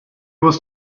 was